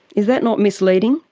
is that not misleading,